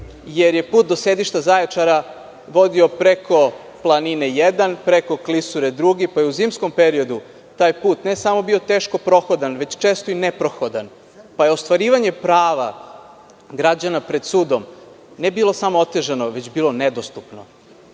jer je put do sedišta Zaječara vodio preko planine jedan, preko klisure drugi, pa je u zimskom periodu taj put ne samo bio teško prohodan, već često i neprohodan pa ostvarivanje prava građana pred sudom nije bilo samo otežano, već je bilo nedostupno.